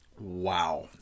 Wow